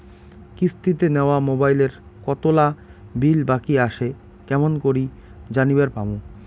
কিস্তিতে নেওয়া মোবাইলের কতোলা বিল বাকি আসে কেমন করি জানিবার পামু?